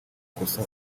kosa